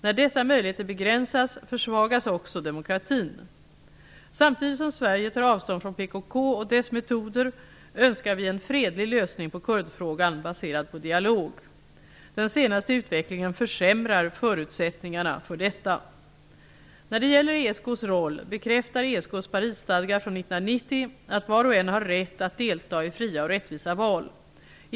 När dessa möjligheter begränsas försvagas också demokratin. Samtidigt som Sverige tar avstånd från PKK och dess metoder önskar vi en fredlig lösning på kurdfrågan, baserad på dialog. Den senaste utvecklingen försämrar förutsättningarna för detta. När det gäller ESK:s roll bekräftar ESK:s Parisstadga från 1990 att var och en har rätt att delta i fria och rättvisa val.